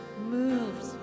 moved